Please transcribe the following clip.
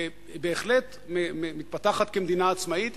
היא בהחלט מתפתחת כמדינה עצמאית,